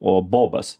o bobas